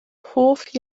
hoff